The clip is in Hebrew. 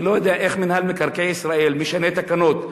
אני לא יודע איך מינהל מקרקעי ישראל משנה תקנות,